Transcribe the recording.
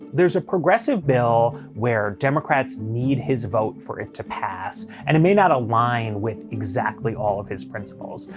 there's a progressive bill where democrats need his vote for it to pass. and it may not align with exactly all of his principles.